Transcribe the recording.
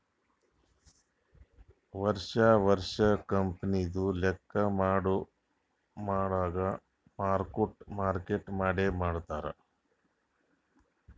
ವರ್ಷಾ ವರ್ಷಾ ಕಂಪನಿದು ಲೆಕ್ಕಾ ಮಾಡಾಗ್ ಮಾರ್ಕ್ ಟು ಮಾರ್ಕೇಟ್ ಮಾಡೆ ಮಾಡ್ತಾರ್